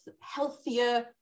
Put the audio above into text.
healthier